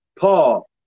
Paul